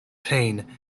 pain